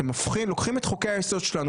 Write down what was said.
אתם לוקחים את חוקי היסוד שלנו,